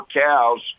cows